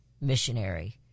missionary